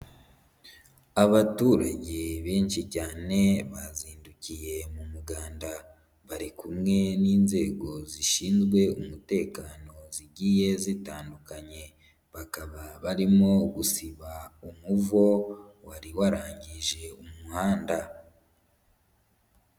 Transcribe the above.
Abaturage benshi cyane bazindukiye mu muganda. Bari kumwe n'inzego zishinzwe umutekano zagiye zitandukanye, bakaba barimo gusiba umuvu, wari warangije umuhanda.